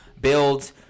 build